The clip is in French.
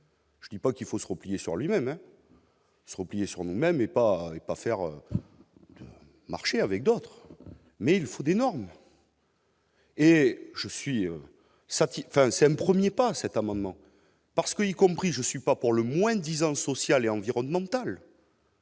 Je dis pas qu'il faut se replier sur lui-même. Ce repliés sur nous-mêmes et pas pas faire marcher avec d'autres, mais il faut des normes. Et je suis satisfait, enfin c'est un 1er pas cet amendement parce que y compris, je suis pas pour le moins disant social et environnemental.